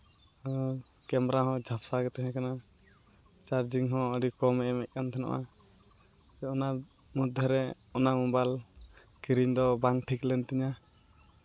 ᱟᱨ camera ᱦᱚᱸ ᱡᱷᱟᱯᱥᱟ ᱜᱮ ᱛᱟᱦᱮᱠᱟᱱᱟ ᱪᱟᱨᱡᱤᱝ ᱦᱚᱸ ᱟᱹᱰᱤ ᱠᱚᱢᱮ ᱮᱢᱮᱫ ᱠᱟᱱ ᱛᱟᱦᱮᱱᱚᱜᱼᱟ ᱛᱚ ᱚᱱᱟ ᱢᱚᱫᱽᱫᱷᱮ ᱨᱮ ᱚᱱᱟ ᱢᱳᱵᱟᱭᱤᱞ ᱠᱤᱨᱤᱧ ᱫᱚ ᱵᱟᱝ ᱴᱷᱤᱠ ᱞᱮᱱ ᱛᱤᱧᱟᱹ